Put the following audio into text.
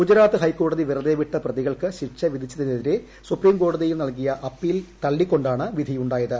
ഗുജറാത്ത് ഹൈക്കോടതി വെറുതെ വിട്ട പ്രതികൾക്ക് ശിക്ഷ വിധിച്ചതിന്റെതിരെ സുപ്രീം കോടതിയിൽ നൽകിയ അപ്പീൽ തള്ളിക്കൊണ്ടാണ് പിധിയുണ്ടായത്